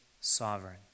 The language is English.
sovereign